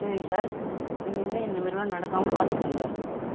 சரி சார் இனிமேல் இந்தமாதிரிலாம் நடக்காமல் பார்த்துக்குங்க